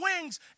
wings